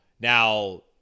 Now